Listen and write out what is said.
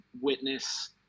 witness